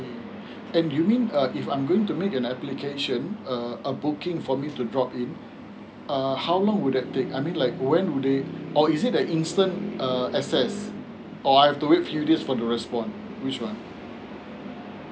and do you mean uh if I'm going to make an application err a booking for me to drop in uh how long would that take I mean like when do there or is it an instant assess um or I've to wait few days for the response which one